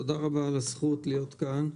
תודה רבה על הזכות להיות כאן.